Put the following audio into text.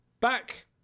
Back